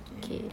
okay